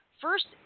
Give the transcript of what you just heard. First